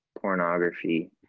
pornography